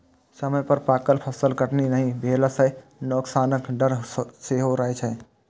समय पर पाकल फसलक कटनी नहि भेला सं नोकसानक डर सेहो रहै छै